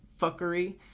fuckery